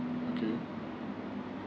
okay